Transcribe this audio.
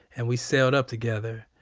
and we celled up together.